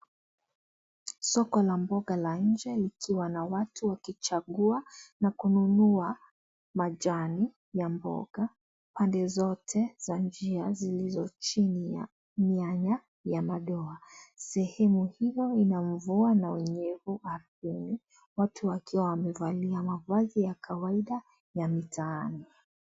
Soko la mboga la nje likiwa na watu wakichagua na kununua majani ya mboga. Pande zote za njia zilizo chini ya mianya ya madoa. Sehemu hii ina mvua na unyevu ardhini watu wakiwa wamevalia mavazi ya kawaida ya mitaani.